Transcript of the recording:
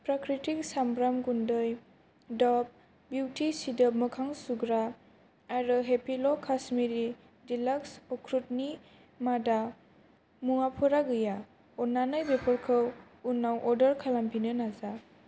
प्राक्रितिक सामब्राम गुन्दै दभ बिउटि सिदोब मोखां सुग्रा आरो हेपिल' काश्मिरि डिलाक्स अख्रुतनि मादा मुवाफोरा गैया अननानै बेफोरखौ उनाव अर्डार खालामफिननो नाजा